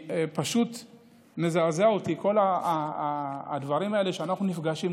מזעזע אותי שבכל שנה אנחנו נפגשים,